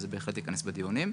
וזה בהחלט ייכנס בדיונים.